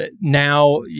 now